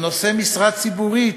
או נושא משרה ציבורית,